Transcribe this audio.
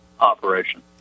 operation